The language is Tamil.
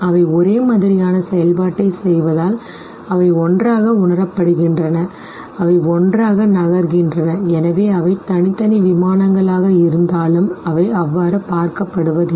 அவை ஒரே மாதிரியான செயல்பாட்டைச் செய்வதால் அவை ஒன்றாக உணரப்படுகின்றன அவை ஒன்றாக நகர்கின்றன எனவே அவை தனித்தனி விமானங்களாக இருந்தாலும் அவை அவ்வாறு பார்க்கப்படுவதில்லை